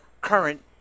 current